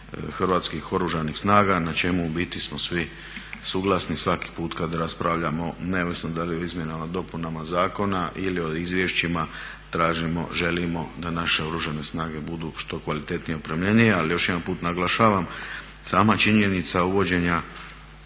Hrvatskih oružanih snaga na čemu u biti smo svi suglasni svaki put kad raspravljamo neovisno da li o izmjenama i dopunama zakona ili o izvješćima, tražimo, želimo da naše Oružane snage budu što kvalitetnije i opremljenije. Ali još jedanput naglašavam, sama činjenica uvođenja